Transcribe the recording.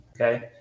Okay